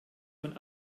von